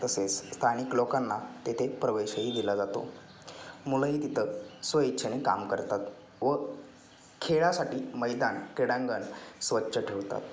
तसेच स्थानिक लोकांना तेथे प्रवेशही दिला जातो मुलंही तिथं स्वेच्छेने काम करतात व खेळासाठी मैदान क्रीडांगण स्वच्छ ठेवतात